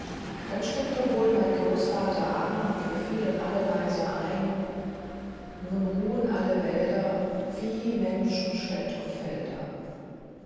dann stimmte mein großvater an und wir fielen alle leise ein nun ruhen alle wälder vieh menschen städt und felder